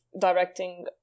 directing